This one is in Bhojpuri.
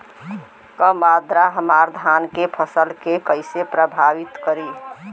कम आद्रता हमार धान के फसल के कइसे प्रभावित करी?